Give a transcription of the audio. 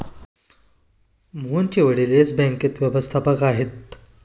मोहनचे वडील येस बँकेत व्यवस्थापक आहेत